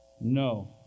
No